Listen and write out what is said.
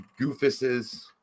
goofuses